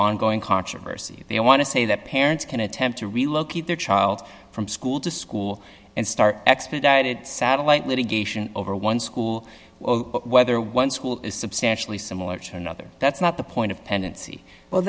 ongoing controversy i want to say that parents can attempt to relocate their child from school to school and start expedited satellite litigation over one school or whether one school is substantially similar to another that's not the point of pendency well